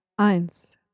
eins